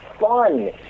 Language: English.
fun